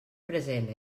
present